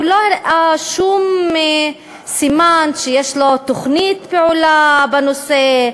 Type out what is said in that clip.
הוא לא הראה שום סימן שיש לו תוכנית פעולה בנושא,